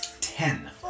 Ten